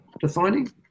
Defining